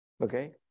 okay